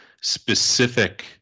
specific